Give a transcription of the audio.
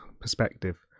perspective